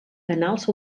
canals